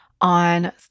on